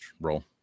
roll